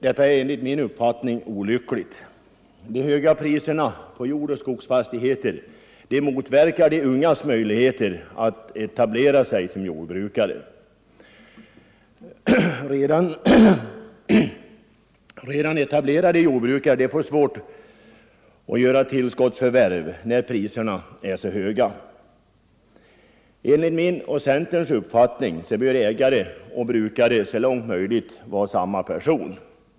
Detta är enligt min uppfattning synnerligen olyckligt, eftersom de höga priserna på jordoch skogsfastigheter motverkar de ungas möjligheter att etablera sig som jordbrukare och eftersom redan etablerade jordbrukare får svårt att göra tillskottsförvärv när priserna är så höga. 149 Enligt min och centerns uppfattning bör ägare och brukare så långt som möjligt vara samma person.